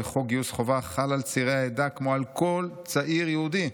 וחוק גיוס חובה חל על צעירי העדה כמו על כל צעיר יהודי.